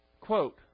Quote